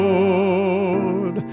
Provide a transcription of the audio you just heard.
Lord